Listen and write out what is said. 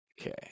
Okay